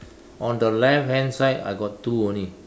on the left hand side I got two only